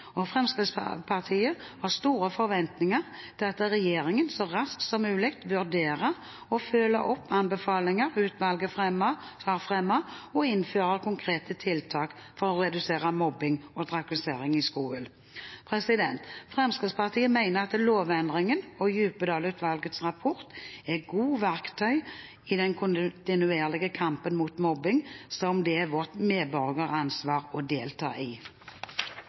problemene. Fremskrittspartiet har store forventninger til at regjeringen så raskt som mulig vurderer og følger opp anbefalinger utvalget har fremmet, og innfører konkrete tiltak for å redusere mobbing og trakassering i skolen. Fremskrittspartiet mener at lovendringen og Djupedal-utvalgets rapport er gode verktøy i den kontinuerlige kampen mot mobbing, som det er vårt medborgeransvar å delta i.